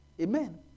Amen